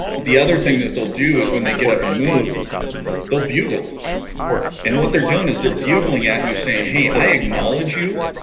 the other thing that they'll do is when they get up and move they'll bugle and what they're doing is they're bugling at you saying hey i acknowledge you